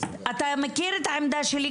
אתה מכיר את העמדה שלי,